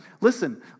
listen